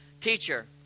Teacher